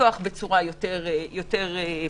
לפתוח בצורה יותר פתוחה,